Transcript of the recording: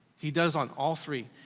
he does on all three.